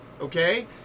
Okay